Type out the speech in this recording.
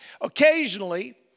Occasionally